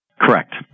Correct